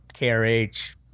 KRH